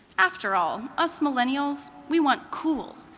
after all, us millennials, we want cool,